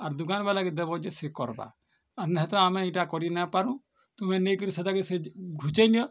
ଆର୍ ଦୁକାନ୍ ବାଲା କେ ଦବ ଯେ ସେ କର୍ବା ଆର୍ ନେହିଁ ତ ଆମେ ଇଟା କରି ନାଇଁ ପାରୁଁ ତୁମେ ନେଇ କିରି ସେଇଟା କେ ସେଇଠି ଘୁଞ୍ଚେଇ ନିଅ